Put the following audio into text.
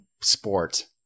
sport